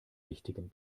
wichtigen